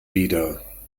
wieder